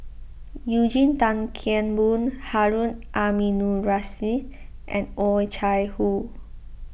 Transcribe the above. Eugene Tan Kheng Boon Harun Aminurrashid and Oh Chai Hoo